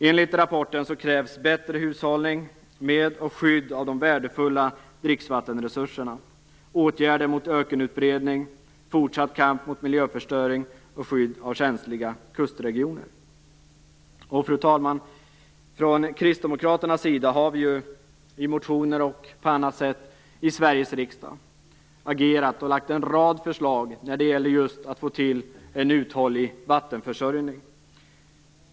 Enligt rapporten krävs bättre hushållning med och skydd av de värdefulla dricksvattenresurserna, åtgärder mot ökenutbredning, fortsatt kamp mot miljöförstöring och skydd av känsliga kustregioner. Fru talman! Från kristdemokraternas sida har vi ju i motioner och på annat sätt i Sveriges riksdag agerat och lagt en rad förslag när det just gäller att få till en uthållig vattenförsörjning.